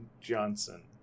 Johnson